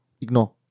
ignore